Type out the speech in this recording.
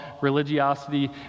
religiosity